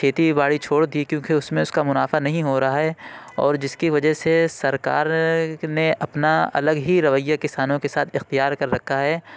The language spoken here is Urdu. کھیتی باڑی چھوڑ دی کیونکہ اس میں اس کا منافع نہیں ہو رہا ہے اور جس کی وجہ سے سرکار نے اپنا الگ ہی رویہ کسانوں کے ساتھ اختیار کر رکھا ہے